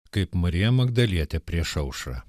kaip marija magdalietė prieš aušrą